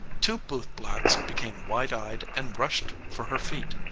two bootblacks became wide-eyed and rushed for her feet.